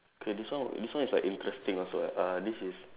K this one this one is like interesting also ah uh this is